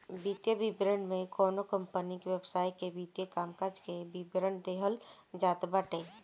वित्तीय विवरण में कवनो कंपनी के व्यवसाय के वित्तीय कामकाज के विवरण देहल जात बाटे